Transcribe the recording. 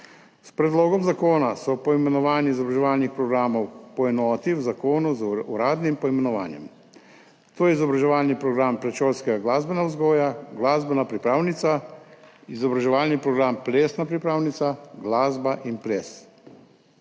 S predlogom zakona se v zakonu poimenovanje izobraževalnih programov poenoti z uradnim poimenovanjem. To so izobraževalni program predšolska glasbena vzgoja, glasbena pripravnica, izobraževalni program plesna pripravnica, glasba in ples.